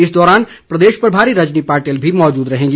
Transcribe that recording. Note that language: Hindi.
इस दौरान प्रदेश प्रभारी रजनी पाटिल भी मौजूद रहेंगी